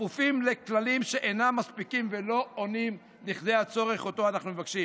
וכפופים לכללים שאינם מספיקים ולא עונים לכדי הצורך שאותו אנחנו מבקשים.